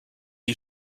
you